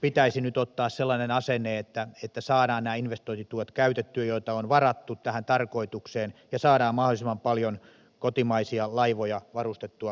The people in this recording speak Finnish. pitäisi nyt ottaa sellainen asenne että saadaan nämä investointituet käytettyä joita on varattu tähän tarkoitukseen ja saadaan mahdollisimman paljon kotimaisia laivoja varustettua rikkipesureilla